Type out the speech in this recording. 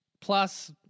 plus